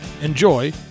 enjoy